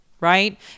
right